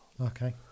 Okay